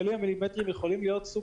הגלים המילימטריים יכולים להיות סוג